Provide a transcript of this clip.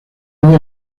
idea